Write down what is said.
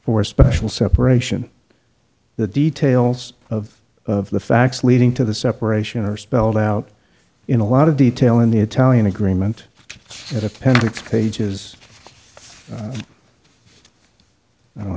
for a special separation the details of of the facts leading to the separation are spelled out in a lot of detail in the italian agreement at appendix pages i don't